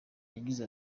yagize